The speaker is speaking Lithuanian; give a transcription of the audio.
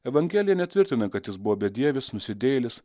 evangelija netvirtina kad jis buvo bedievis nusidėjėlis